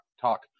Talk